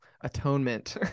atonement